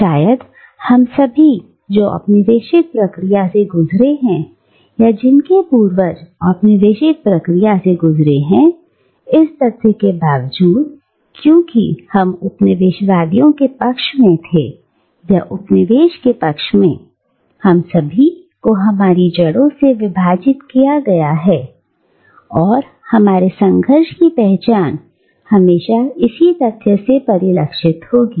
शायद हम सभी जो औपनिवेशिक प्रक्रिया से गुजरे हैं या जिनके पूर्वज औपनिवेशिक प्रक्रिया से गुजरे हैं इस तथ्य के बावजूद क्योंकि हम उपनिवेशवादियों के पक्ष से थे या उपनिवेश की पक्ष में हम सभी को हमारी जड़ों से विभाजित किया गया है और हमारे संघर्ष की पहचान हमेशा इसी तथ्य से परिलक्षित होगी